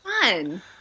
fun